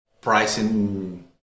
pricing